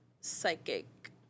psychic